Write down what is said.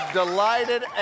delighted